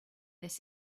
this